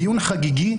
דיון חגיגי?